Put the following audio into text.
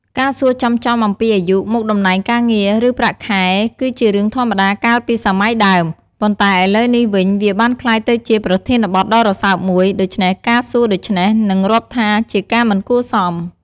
ការសួរចំៗអំពីអាយុ មុខតំណែងការងារ ឬ ប្រាក់ខែគឺជារឿងធម្មតាកាលពីសម័យដើម ប៉ុន្តែឥឡូវនេះវិញវាបានក្លាយទៅជាប្រធានបទដ៏រស៊ើបមួយ ដូច្នេះការសួរដូច្នេះនឹងរាប់ថាជាការមិនគួរសម។